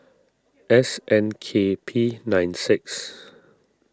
S N K P nine six